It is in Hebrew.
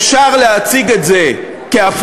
אפשר להציג את זה כאפליה,